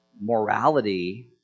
morality